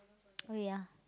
oh ya